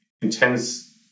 intense